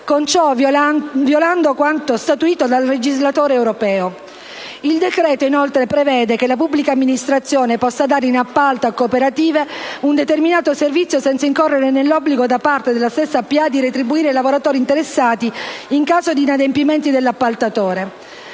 con ciò violando quanto statuito dal legislatore europeo. Il decreto inoltre prevede che la pubblica amministrazione possa dare in appalto a cooperative un determinato servizio senza incorrere nell'obbligo da parte della stessa pubblica amministrazione di retribuire i lavoratori interessati in caso di inadempimenti dell'appaltatore.